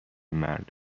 مرد